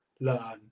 learn